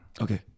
Okay